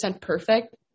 perfect